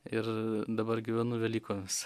ir dabar gyvenu velykomis